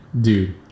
Dude